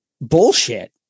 Bullshit